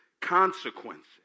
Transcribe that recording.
consequences